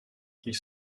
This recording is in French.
ils